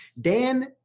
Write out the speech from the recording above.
Dan